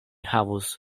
havus